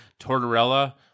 Tortorella